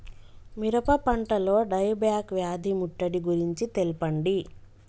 మిరప పంటలో die back వ్యాధి ముట్టడి గురించి తెల్పండి?